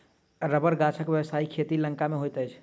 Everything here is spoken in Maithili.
रबड़ गाछक व्यवसायिक खेती लंका मे होइत अछि